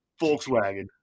volkswagen